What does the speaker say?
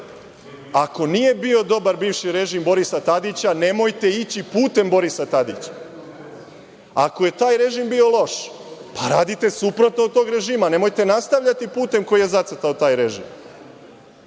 ako nije bio dobar bivši režim Borisa Tadića nemojte ići putem Borisa Tadića. Ako je taj režim bio loš, pa radite suprotno od tog režima, nemojte nastavljati putem koji je zacrtao taj režim,